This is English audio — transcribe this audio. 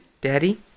Daddy